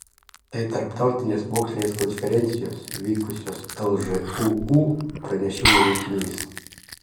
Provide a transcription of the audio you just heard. tai tarptautinės mokslinės konferencijos vykusios lžūu pranešimų rinkinys